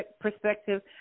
perspective